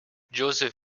joseph